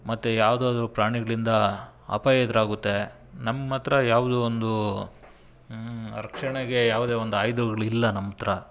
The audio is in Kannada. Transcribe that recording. ಮತ್ತೆ ಯಾವುದಾದ್ರು ಪ್ರಾಣಿಗಳಿಂದ ಅಪಾಯ ಎದುರಾಗುತ್ತೆ ನಮ್ಮ ಹತ್ರ ಯಾವುದೋ ಒಂದು ರಕ್ಷಣೆಗೆ ಯಾವುದೇ ಒಂದು ಆಯುಧಗಳಿಲ್ಲ ನಮ್ಮತ್ರ